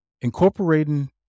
Incorporating